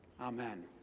Amen